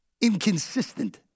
inconsistent